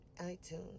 iTunes